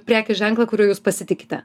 prekės ženklą kuriuo jūs pasitikite